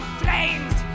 flames